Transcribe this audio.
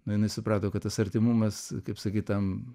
nu jinai suprato kad tas artimumas kaip sakyt tam